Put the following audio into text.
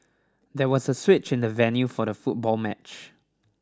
there was a switch in the venue for the football match